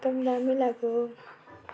एकदमै राम्रो लागो